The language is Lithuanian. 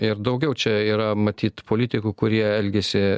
ir daugiau čia yra matyt politikų kurie elgiasi